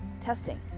testing